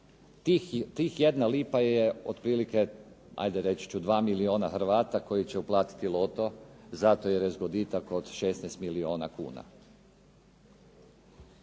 tih jedna lipa je otprilike, ajde reći ću 2 milijuna Hrvata koji će uplatiti loto, zato jer je zgoditak od 16 milijuna kuna.